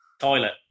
Toilet